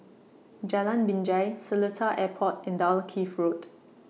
Jalan Binjai Seletar Airport and Dalkeith Road